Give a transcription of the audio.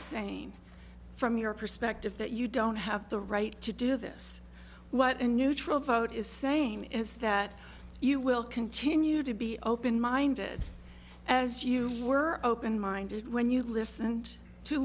saying from your perspective that you don't have the right to do this what a neutral vote is saying is that you will continue to be open minded as you were open minded when you listened to